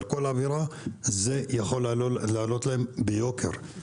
כל עבירה זה יכול לעלות להם ביוקר,